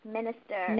Minister